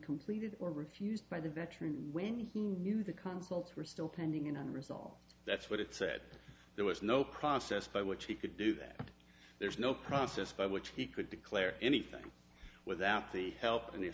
completed or refused by the veterans when he knew the consul two were still pending unresolved that's what it said there was no process by which he could do that there's no process by which he could declare anything without the help